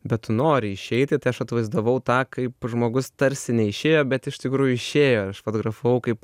bet tu nori išeiti tai aš atvaizdavau tą kaip žmogus tarsi neišėjo bet iš tikrųjų išėjo aš fotografavau kaip